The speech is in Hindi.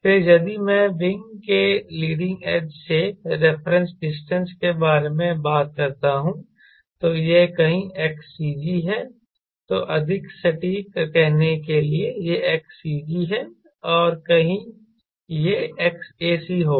फिर यदि मैं विंग के लीडिंग एज से रेफरेंस डिस्टेंस के बारे में बात करता हूं तो यह कहीं XCG है तो अधिक सटीक कहने के लिए यह XCG है और कहीं यह Xac होगा